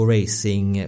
Racing